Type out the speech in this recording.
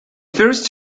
first